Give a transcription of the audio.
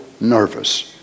nervous